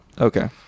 Okay